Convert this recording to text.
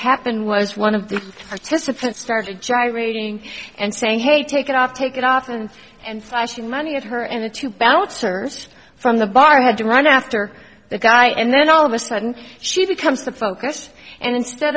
happened was one of the participants started gyrating and saying hey take it off take it off and and slashing money at her and the two bouncers from the bar had to run after the guy and then all of a sudden she becomes the focus and instead